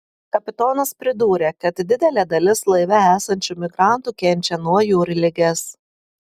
kapitonas pridūrė kad didelė dalis laive esančių migrantų kenčia nuo jūrligės